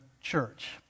church